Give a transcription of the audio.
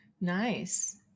nice